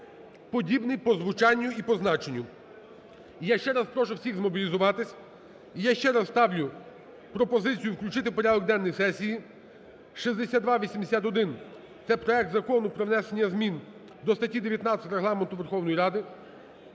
подібний по звучанню і по значенню. Я ще раз прошу всіх змобілізуватись, я ще раз ставлю пропозицію включати в порядок денний сесії 6281. Це проект Закону про внесення зміни до статті 19 Регламенту Верховної Ради.